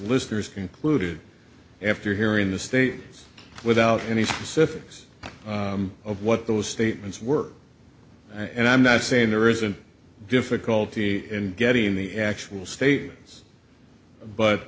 listeners included after hearing the state without any specifics of what those statements were and i'm not saying there isn't difficulty in getting the actual state